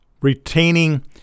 Retaining